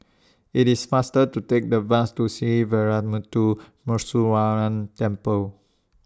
IT IS faster to Take The Bus to Sree Veeramuthu Muneeswaran Temple